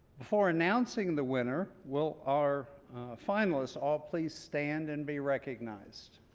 before announcing the winner will our finalists all please stand and be recognized.